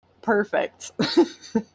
Perfect